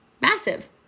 massive